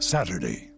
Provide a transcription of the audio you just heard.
Saturday